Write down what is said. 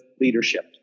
leadership